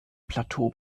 plateau